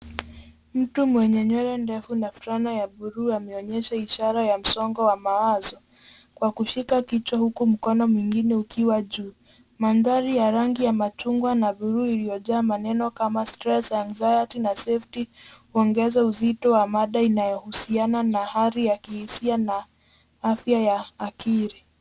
Mtu mwenye nywele ndefu na fulana ya buluu ameonyesha ishara ya msongo wa mawazo, kwa kushika kichwa huku mkono mwingine ukiwa juu. Mandhari ya rangi ya machungwa na buluu iliyojaa maneno kama stress anxiety na safety huongeza uzito wa mada inayohusiana na hali ya kihisia na afya ya akili.